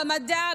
במדע,